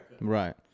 right